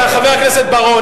חבר הכנסת בר-און,